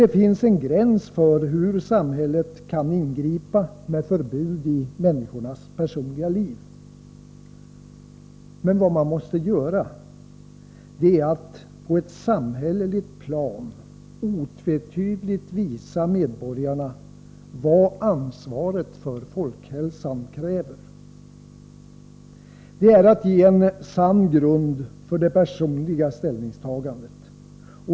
Det finns en gräns för hur samhället kan ingripa med förbud i människors personliga liv. Men vad man kan och måste göra är att på ett samhälleligt plan otvetydigt visa medborgarna vad ansvaret för folkhälsan kräver. Det är att ge en sann grund för det personliga ställningstagandet.